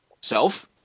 self